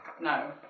No